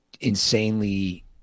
insanely